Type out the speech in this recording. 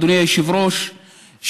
אדוני היושב-ראש,